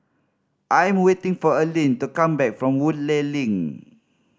I'm waiting for Alline to come back from Woodleigh Link